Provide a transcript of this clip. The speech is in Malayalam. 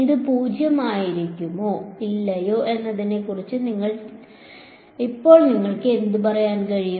ഇത് 0 ആയിരിക്കുമോ ഇല്ലയോ എന്നതിനെക്കുറിച്ച് ഇപ്പോൾ നിങ്ങൾക്ക് എന്ത് പറയാൻ കഴിയും